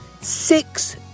six